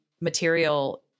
material